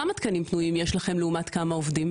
כמה תקנים יש לכם לעומת כמה עובדים?